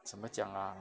怎么讲 ah